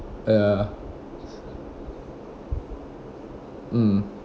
ya mm